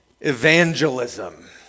Evangelism